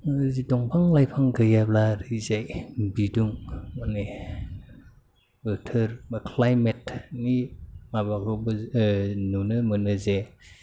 जि दंफां लाइफां गैयाब्ला ओरैजाय बिदुं माने बोथोर एबा क्लायमेटनि माबाखौबो नुनो मोनो जे